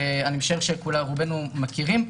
שאני משער שרובנו מכירים,